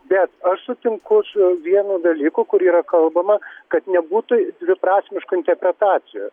bet aš sutinku su vienu dalyku kur yra kalbama kad nebūtų dviprasmiškų interpretacijų